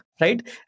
right